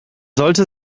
sollte